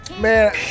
Man